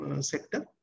sector